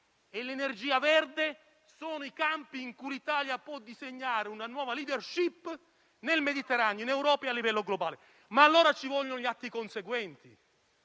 e l'energia verde sono i campi in cui l'Italia può disegnare una nuova *leadership* nel Mediterraneo, in Europa e a livello globale. Ci vogliono, però, gli atti conseguenti: